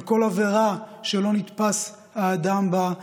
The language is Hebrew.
על כל עבירה שלא נתפס האדם האשם בה